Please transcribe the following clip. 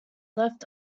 left